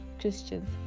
Christians